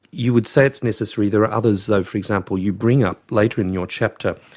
you would say it's necessary. there are others though, for example you bring up later in your chapter,